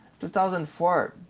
2004